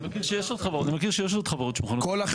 אני מכיר שיש עוד חברות שמוכנות.